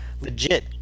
legit